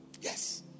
Yes